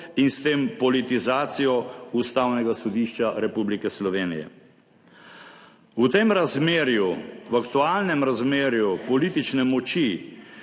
in s tem politizacijo Ustavnega sodišča Republike Slovenije. V tem razmerju, v aktualnem razmerju politične moči